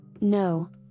No